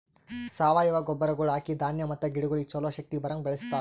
ಸಾವಯವ ಗೊಬ್ಬರಗೊಳ್ ಹಾಕಿ ಧಾನ್ಯ ಮತ್ತ ಗಿಡಗೊಳಿಗ್ ಛಲೋ ಶಕ್ತಿ ಬರಂಗ್ ಬೆಳಿಸ್ತಾರ್